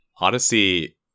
odyssey